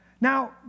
Now